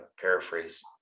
paraphrase